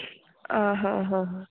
आं हा हा हा